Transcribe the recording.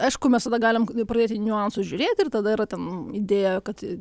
aišku mes tada galim pradėti niuansus žiūrėti ir tada yra ten idėja kad